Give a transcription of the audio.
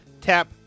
tap